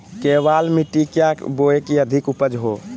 केबाल मिट्टी क्या बोए की अधिक उपज हो?